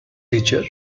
teacher